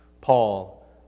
Paul